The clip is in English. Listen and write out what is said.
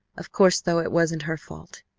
of course, though, it wasn't her fault.